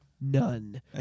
none